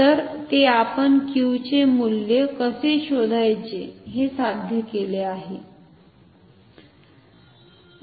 तर ते आपण Q चे मुल्य कसे शोधायचे हे साध्य केले आहे